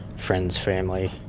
friends, family.